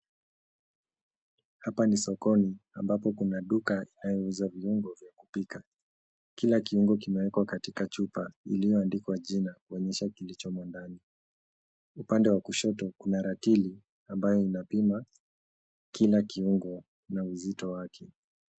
Hapa ni sokoni ambapo kuna duka inayouza viungo vya kupika. Kila kiungo kimewekwa katika chupa iliyoandikwa jina kuonyesha kilichomo ndani. Upande wa kushoto kuna ratili ambayo inapima kila kiungo na uzito wake.